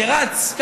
שרץ,